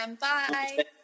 Bye